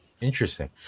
interesting